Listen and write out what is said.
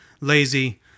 lazy